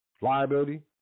Liability